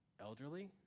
Elderly